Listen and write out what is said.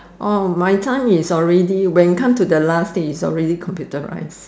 oh my time is already when come to the last day its already computerize